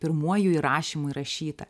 pirmuoju įrašymu įrašyta